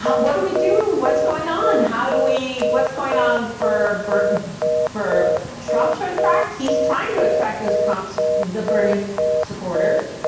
what do we do? what's going on? how do we, what's going on for but for trump to attract? he's trying to attract those trump's, the bernie supporters.